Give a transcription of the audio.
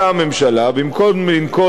במקום לנקוט מדיניות